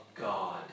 God